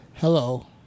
Hello